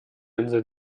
insel